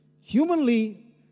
Humanly